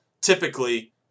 typically